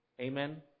Amen